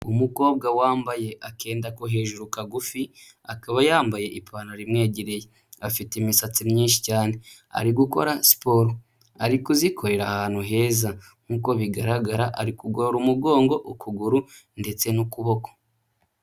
Umukobwa wambaye akenda ko hejuru kagufi, akaba yambaye ipantaro imwegereye, afite imisatsi myinshi cyane, ari gukora siporo, ari kuzikorera ahantu heza nk'uko bigaragara ari kugorora umugongo, ukuguru ndetse n'ukuboko.